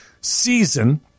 season